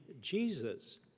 Jesus